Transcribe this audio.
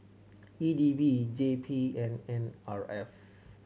E D B J P and N R F